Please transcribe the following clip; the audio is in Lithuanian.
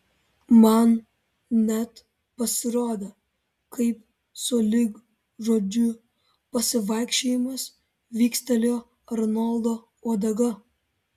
man net pasirodė kaip sulig žodžiu pasivaikščiojimas vikstelėjo arnoldo uodega